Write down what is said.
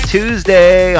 Tuesday